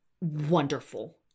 Wonderful